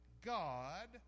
God